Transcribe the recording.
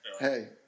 hey